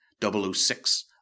006